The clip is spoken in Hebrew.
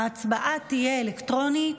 ההצבעה תהיה אלקטרונית.